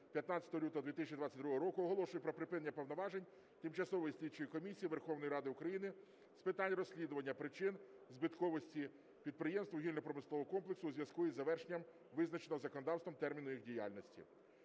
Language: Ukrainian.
15 лютого 2022 року оголошую про припинення повноважень Тимчасової слідчої комісії Верховної Ради України з питань розслідування причин збитковості підприємств вугільно-промислового комплексу у зв'язку із завершенням визначеного законодавством терміну їх діяльності.